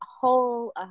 whole